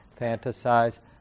fantasize